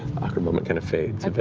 awkward moment kind of fades.